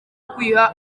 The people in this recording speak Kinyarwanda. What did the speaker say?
ukwiha